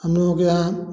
हम लोगों के यहाँ